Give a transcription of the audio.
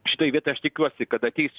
šitoj vietoj aš tikiuosi kad ateis